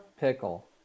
Pickle